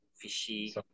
fishy